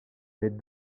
les